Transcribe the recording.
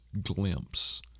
glimpse